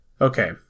okay